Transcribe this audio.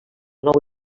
nou